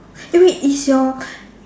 eh wait is your